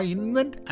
Invent